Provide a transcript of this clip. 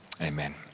amen